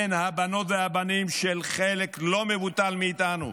בין הבנות והבנים של חלק לא מבוטל מאיתנו,